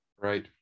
right